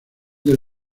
del